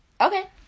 Okay